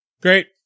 Great